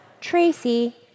Tracy